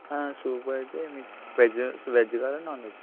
soup అయితే మీకు veg veg కావాలా నాన్ వెజ్